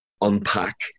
unpack